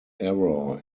error